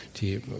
Die